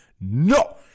no